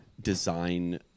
design